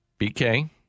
BK